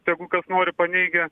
tegu kas nori paneigia